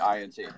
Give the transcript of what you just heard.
INT